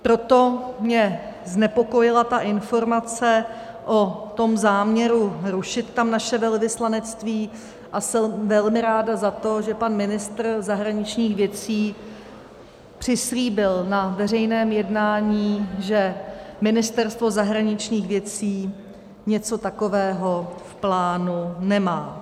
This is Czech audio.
Proto mě znepokojila informace o záměru rušit tam naše velvyslanectví a jsem velmi ráda za to, že pan ministr zahraničních věcí přislíbil na veřejném jednání, že Ministerstvo zahraničních věcí něco takového v plánu nemá.